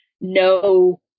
no